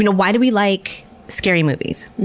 and why do we like scary movies?